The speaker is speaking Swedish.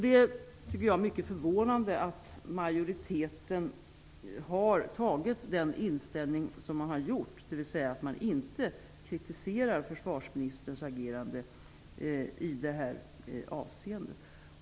Det är mycket förvånande att majoriteten har den inställning som man har, dvs. att man inte kritiserar försvarsministerns agerande i det här avseendet.